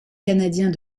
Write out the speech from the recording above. canadiens